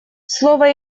слово